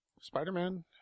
Spider-Man